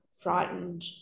frightened